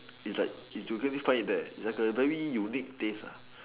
it's like it's you can't even find it there that there's a very unique taste ah